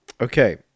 Okay